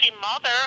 mother